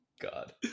God